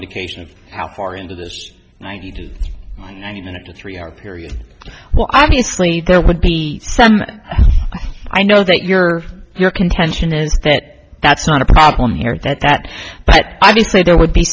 occasions how far into this ninety to ninety minute a three hour period well obviously there would be some i know that your your contention is that that's not a problem here that that but obviously there would be